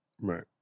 Right